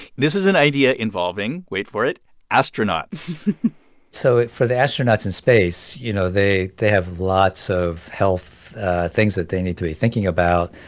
this is an idea involving wait for it astronauts so for the astronauts in space, you know, they they have lots of health things that they need to be thinking about.